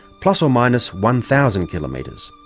plus or minus one thousand kilometres.